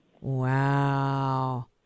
Wow